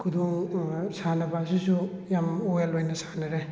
ꯈꯨꯗꯣꯡ ꯁꯥꯟꯅꯕ ꯑꯁꯤꯁꯨ ꯌꯥꯝ ꯋꯦꯜ ꯑꯣꯏꯅ ꯁꯥꯟꯅꯔꯦ